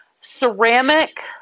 ceramic